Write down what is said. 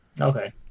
Okay